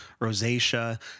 rosacea